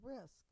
risk